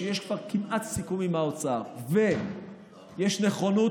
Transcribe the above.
כשיש כבר כמעט סיכום עם האוצר ויש נכונות